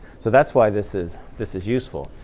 so that's why this is this is useful.